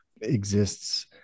exists